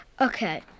Okay